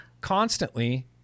constantly